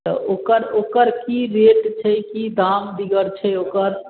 तऽ ओकर ओकर कि रेट छै कि दाम दिगर छै ओकर